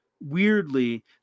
weirdly